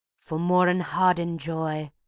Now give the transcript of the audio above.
for more enhardened joy,